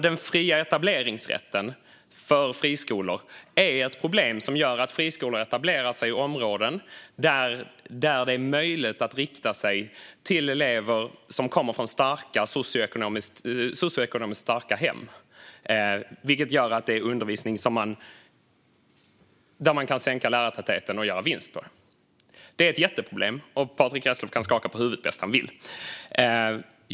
Den fria etableringsrätten för friskolor är ett problem som gör att friskolor etablerar sig i områden där det är möjligt att rikta sig till elever som kommer från socioekonomiskt starka hem och där man kan sänka lärartätheten och göra vinst. Det är ett jätteproblem. Patrick Reslow kan skaka på huvudet bäst han vill.